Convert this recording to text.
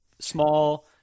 small